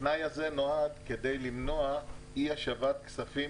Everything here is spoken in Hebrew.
התנאי הזה נועד כדי למנוע אי השבת כספים